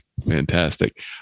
Fantastic